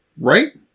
right